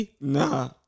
Nah